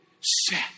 set